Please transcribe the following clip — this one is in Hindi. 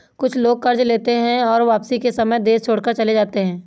कुछ लोग कर्ज लेते हैं और वापसी के समय देश छोड़कर चले जाते हैं